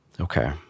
okay